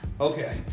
Okay